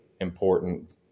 important